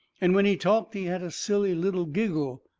and when he talked he had a silly little giggle.